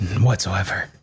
whatsoever